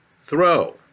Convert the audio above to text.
throw